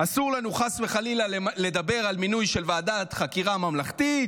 אסור לנו חס וחלילה לדבר על מינוי של ועדת חקירה ממלכתית,